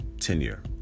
tenure